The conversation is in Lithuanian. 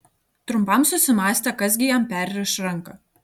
trumpam susimąstė kas gi jam perriš ranką